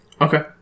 Okay